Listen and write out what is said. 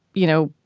you know,